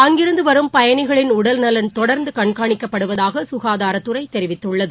அங்கிருந்து வரும் பயணிகளின் உடல் நலன் தொடர்ந்து கண்காணிக்கப்படுவதாக கவாதாரத்துறை தெரிவித்துள்ளது